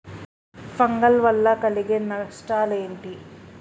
Fungal వల్ల కలిగే నష్టలేంటి?